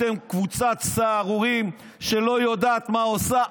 אתם קבוצת סהרוריים שלא יודעת מה עושה.